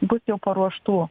bus jau paruoštų